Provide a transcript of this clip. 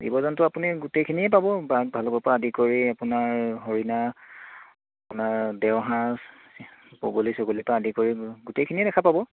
জীৱ জন্তু আপুনি গোটেইখিনিয়েই পাব বাঘ ভালুকৰপৰা আদি কৰি আপোনাৰ হৰিণা আপোনাৰ দেওহাঁহ বগলী চগলীৰপৰা আদি কৰি গোটেইখিনিয়েই দেখা পাব